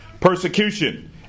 persecution